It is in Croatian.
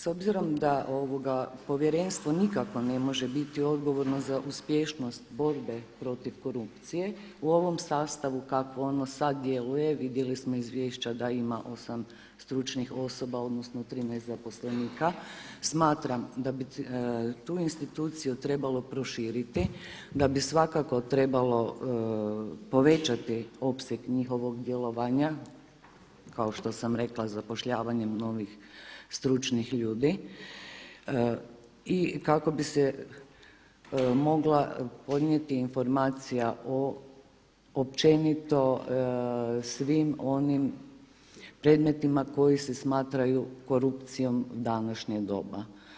S obzirom da povjerenstvo nikako ne može biti odgovorno za uspješnost borbe protiv korupcije u ovom sastavu kakvo ono sada djeluje, vidjeli smo da ima osam stručnih osoba odnosno 13 zaposlenika, smatram da bi tu instituciju trebalo proširiti da bi svakako trebalo povećati opseg njihovog djelovanja, kao što sam rekla zapošljavanjem novih stručnih ljudi i kako bi se mogla podnijeti informacija o općenito svim onim predmetima koji se smatraju korupcijom današnjeg doba.